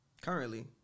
Currently